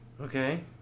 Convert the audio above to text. Okay